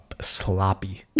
sloppy